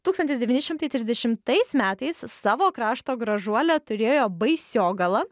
tūkstantis devyni šimtai trisdešimtais metais savo krašto gražuolę turėjo baisiogala